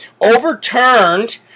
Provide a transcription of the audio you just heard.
overturned